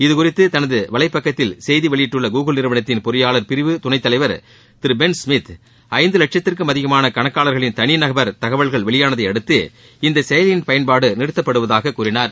இதுகுறித்து தனது வலைப்பக்கத்தில் செய்தி வெளியிட்டுள்ள கூகுள் நிறுவனத்தின் பொறியாளர் பிரிவு துணைத் தலைவர் திரு பென்ஸ் ஸ்மித் ஐந்து லட்சத்திற்கும் அதிகமான கணக்காளர்களின் தனிநபர் தகவல்கள் வெளியாளதையடுத்து இந்த செயலியின் பயன்பாடு நிறுத்தப்படுவதாக கூறியுள்ளார்